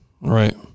right